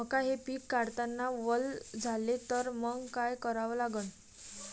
मका हे पिक काढतांना वल झाले तर मंग काय करावं लागन?